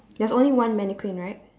there's only one mannequin right